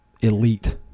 elite